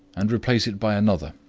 and replace it by another,